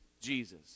Jesus